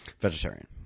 Vegetarian